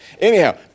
anyhow